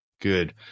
Good